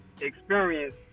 experience